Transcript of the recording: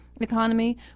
economy